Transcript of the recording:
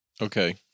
Okay